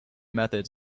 methods